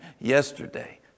yesterday